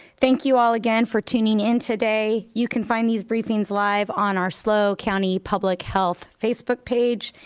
thank you all again for tuning in today. you can find these briefings live on our slo county public health facebook page,